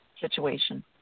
situation